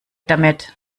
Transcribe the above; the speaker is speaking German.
damit